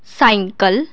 cycle